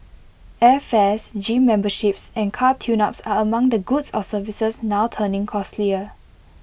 airfares gym memberships and car tuneups are among the goods or services now turning costlier